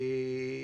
כמובן.